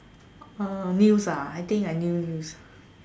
uh news ah I think new news